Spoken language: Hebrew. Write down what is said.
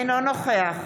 אינו נוכח